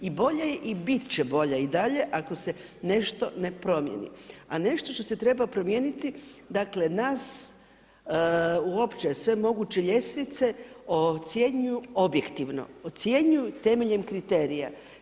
I bolja je i bit će bolja i dalje ako se nešto ne promijeni, a nešto što se treba promijeniti, dakle nas uopće sve moguće ljestvice ocjenjuju objektivno, ocjenjuju temeljem kriterija.